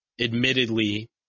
admittedly